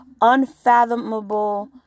unfathomable